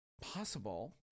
possible